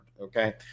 okay